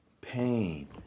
pain